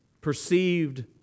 perceived